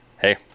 hey